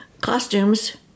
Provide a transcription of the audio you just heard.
costumes